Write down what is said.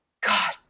god